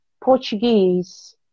Portuguese